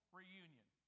reunion